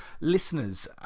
listeners